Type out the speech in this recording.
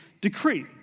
decree